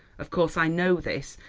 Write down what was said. of course, i know this,